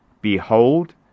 Behold